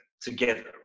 together